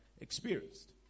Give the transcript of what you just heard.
experienced